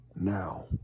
Now